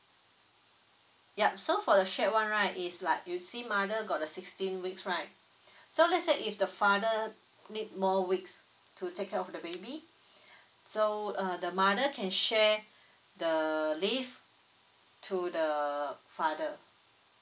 yup so for the shared one right is like you see mother got the sixteen weeks right so let's say if the father need more weeks to take care of the baby so uh the mother can share the leave to the father